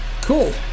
cool